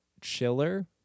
chiller